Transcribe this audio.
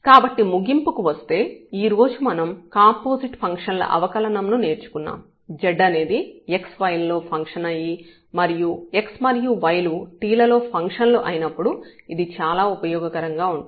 కాబట్టి ముగింపుకు వస్తే ఈరోజు మనం కాంపోజిట్ ఫంక్షన్ల అవకలనం ను నేర్చుకున్నాం z అనేది x y లలో ఫంక్షన్ అయి మరియు x మరియు y లు t లలో ఫంక్షన్లు అయినప్పుడు ఇది చాలా ఉపయోగకరంగా ఉంటుంది